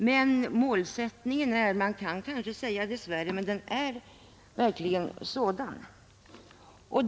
Men målsättningen är — man kan kanske säga dess värre — verkligen den som jag nyss har talat om.